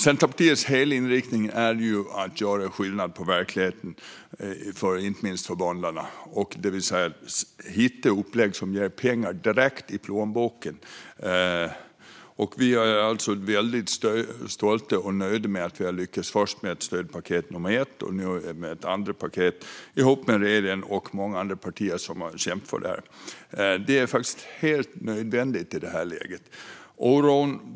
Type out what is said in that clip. Centerpartiets hela inriktning är ju att göra skillnad i verkligheten inte minst för bönderna, det vill säga hitta upplägg som ger pengar direkt i plånboken. Vi är alltså väldigt stolta och nöjda med att vi har lyckats först med stödpaket 1 och nu med ett andra paket ihop med regeringen och många andra partier som har kämpat för detta. Det är faktiskt helt nödvändigt i det här läget.